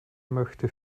möchte